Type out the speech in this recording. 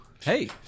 Hey